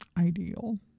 ideal